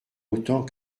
autant